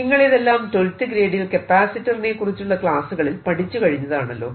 നിങ്ങളിതെല്ലാം 12th ഗ്രേഡിൽ കപ്പാസിറ്ററിനെ കുറിച്ചുള്ള ക്ലാസ്സുകളിൽ പഠിച്ചു കഴിഞ്ഞതാണല്ലോ